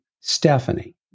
Stephanie